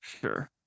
sure